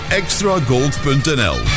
extragold.nl